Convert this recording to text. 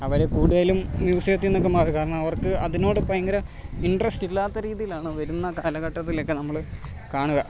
അവർ കൂടുതലും മ്യൂസിയത്തിൽനിന്ന് ഒക്കെ മാറി കാരണം അവർക്ക് അതിനോട് ഭയങ്കര ഇൻ്റെറസ്റ്റ് ഇല്ലാത്ത രീതിയിലാണ് വരുന്ന കാലഘട്ടത്തിലൊക്കെ നമ്മൾ കാണുക